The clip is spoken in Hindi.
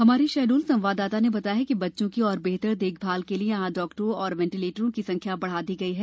हमारे शहडोल संवाददाता ने बताया कि बच्चों की और बेहतर देखभाल के लिए यहाँ डाक्टरों और वेंटीलेटर की संख्या बढ़ा दी गई है